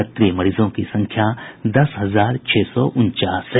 सक्रिय मरीजों की संख्या दस हजार छह सौ उनचास है